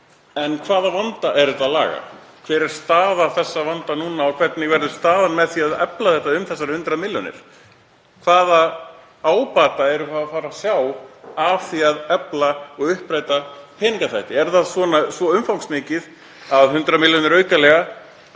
En hvaða vanda er þetta að laga? Hver er staða þessa vanda núna og hvernig verður staðan með því að efla þetta um þessar 100 milljónir? Hvaða ábata erum við að fara að sjá af því að uppræta peningaþvætti? Er það svo umfangsmikið að 100 milljónir aukalega